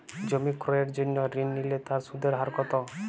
জমি ক্রয়ের জন্য ঋণ নিলে তার সুদের হার কতো?